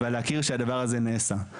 אבל להכיר שהדבר הזה נעשה.